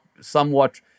somewhat